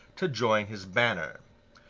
to join his banner.